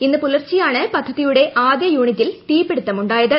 ഇന്ന് പുലർച്ചെയാണ് പൃദ്ധൂതിയുടെ ആദ്യ യൂണിറ്റിൽ തീപിടുത്തമുണ്ടായത്